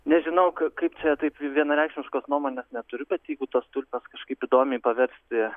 nežinau ka kaip čia taip vienareikšmiškos nuomonės neturiu bet jeigu tas tulpes kažkaip įdomiai paversti